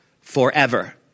forever